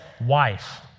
wife